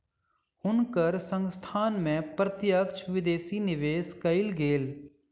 हुनकर संस्थान में प्रत्यक्ष विदेशी निवेश कएल गेल